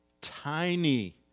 tiny